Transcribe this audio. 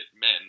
men